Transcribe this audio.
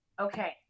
Okay